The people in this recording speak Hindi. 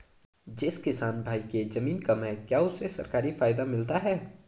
जिस किसान भाई के ज़मीन कम है क्या उसे सरकारी फायदा मिलता है?